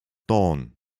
dawn